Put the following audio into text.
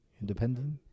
independent